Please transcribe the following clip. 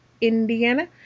Indiana